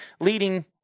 leading